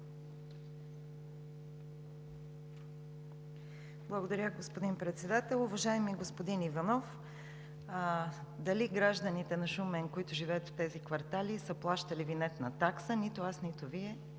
Благодаря, господин Председател. Уважаеми господин Иванов, дали гражданите на Шумен, които живеят в тези квартали, са плащали винетна такса, нито аз, нито Вие